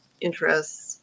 interests